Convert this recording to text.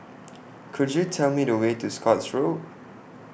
Could YOU Tell Me The Way to Scotts Road